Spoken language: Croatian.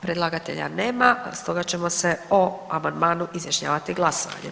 Predlagatelja nema, stoga ćemo se o amandmanu izjašnjavati glasovanjem.